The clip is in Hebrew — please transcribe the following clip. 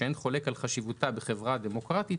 שאין חולק על חשיבותה בחברה הדמוקרטית,